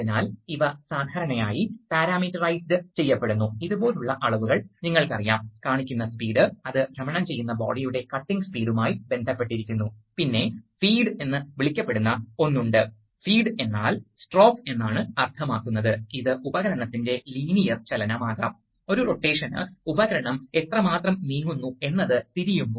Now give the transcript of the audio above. അതിനാൽ നിങ്ങൾ ഡയറക്ഷൻഅൽ വാൽവിൽ വായു പുറത്തുവിടാത്തപ്പോൾ ഈ വാൽവുകൾ ചിലപ്പോൾ ഉപയോഗിക്കാറുണ്ട് വായു ഡയറക്ഷണൽ വാൽവിലൂടെ നയിക്കപ്പെടുന്നു പക്ഷേ ദ്രുത എക്സ്ഹോസ്റ്റ് വാൽവ് ഉപയോഗിച്ച് ആക്ചൂവേറ്റ്റ്ററിൽ ലേക്ക് വിടുന്നു